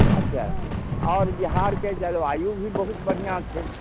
आओर बिहारके जलवायु भी बहुत बढ़िआँ छै